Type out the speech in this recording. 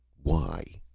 why?